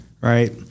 right